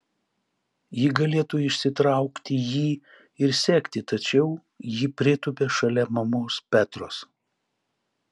ji galėtų išsitraukti jį ir sekti tačiau ji pritūpia šalia mamos petros